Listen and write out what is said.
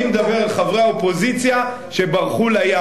אני מדבר על חברי האופוזיציה שברחו לים.